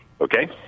Okay